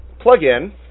plugin